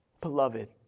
Beloved